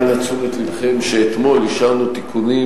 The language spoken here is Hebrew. אנא תשומת לבכם לכך שאתמול אישרנו תיקונים